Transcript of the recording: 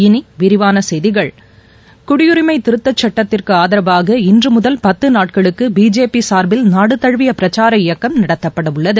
இனி விரிவான செய்திகள் குடியுரிமை திருத்தச் சுட்டத்திற்கு ஆதரவாக இன்று முதல் பத்து நாட்களுக்கு பிஜேபி சார்பில் நாடு தழுவிய பிரச்சார இயக்கம் நடத்தப்படவுள்ளது